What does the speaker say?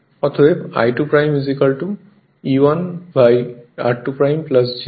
অতএব I2 E1 r2 j X2 হবে